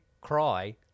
cry